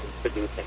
producing